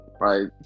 right